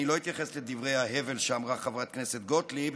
אני לא אתייחס לדברי ההבל שאמרה חברת הכנסת גוטליב.